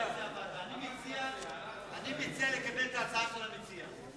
אני מציע לקבל את ההצעה של המציע.